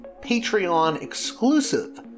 Patreon-exclusive